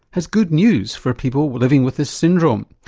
has good news for people living with this syndrome.